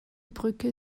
brücke